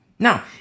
Now